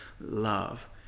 love